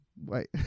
Wait